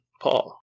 Paul